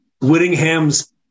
Whittingham's